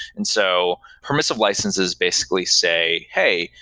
and so permissive licenses basically say, hey,